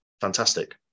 fantastic